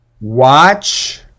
Watch